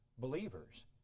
believers